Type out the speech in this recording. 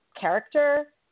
character